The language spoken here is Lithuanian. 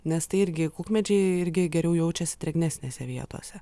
nes tai irgi kukmedžiai irgi geriau jaučiasi drėgnesnėse vietose